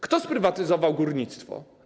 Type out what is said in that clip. Kto sprywatyzował górnictwo?